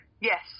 yes